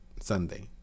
sunday